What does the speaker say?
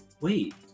Wait